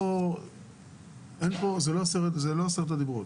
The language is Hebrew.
זה לא עשרת הדיברות.